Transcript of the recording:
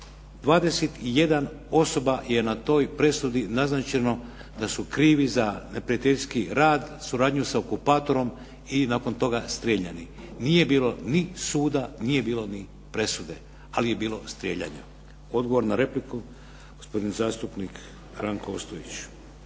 21 osoba je na toj presudi naznačeno da su krivi za neprijateljski rad, suradnju sa okupatorom i nakon toga strijeljani. Nije bilo ni suda, nije bilo ni presude, ali je bilo strijeljanja. Odgovor na repliku, gospodin zastupnik Ranko Ostojić.